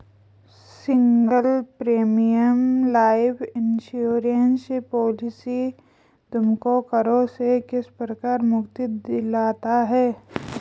Single premium life insurance policy तुमको करों से किस प्रकार मुक्ति दिलाता है?